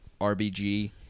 RBG